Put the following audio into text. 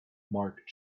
mark